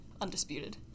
Undisputed